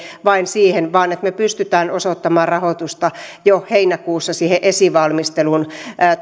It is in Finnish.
vaan että me pystymme osoittamaan rahoitusta jo heinäkuussa siihen esivalmistelun